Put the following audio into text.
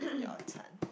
your turn